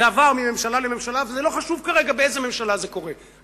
זה עבר מממשלה לממשלה וזה לא חשוב כרגע באיזו ממשלה זה קורה.